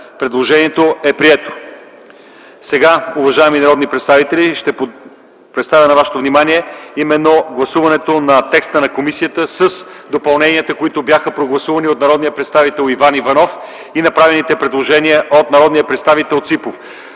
Предложението е прието. Уважаеми народни представители, сега ще представя на вашето внимание именно гласуването на текста на комисията с допълненията, които бяха прогласувани, от народния представител Иван Иванов и направените предложения от народния представител Ципов,